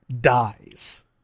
dies